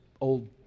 old